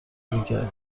دیگر